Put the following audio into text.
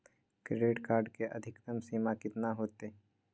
Credit card के अधिकतम सीमा कितना होते?